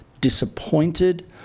disappointed